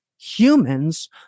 humans